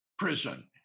prison